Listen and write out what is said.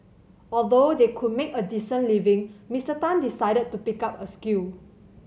although they could make a decent living Mister Tan decided to pick up a skill